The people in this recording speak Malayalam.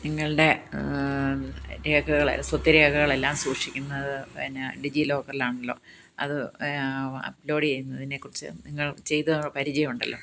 നിങ്ങളുടെ രേഖകളെല്ലാം സ്വത്തു രേഖകളെല്ലാം സൂക്ഷിക്കുന്നത് പിന്നെ ഡിജിലോക്കറിൽ ആണല്ലോ അത് അപ്ലോഡ് ചെയ്യുന്നതിനെ കുറിച്ച് നിങ്ങൾ ചെയ്തു പരിചയമുണ്ടല്ലോ